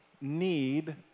need